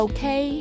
Okay